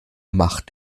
macht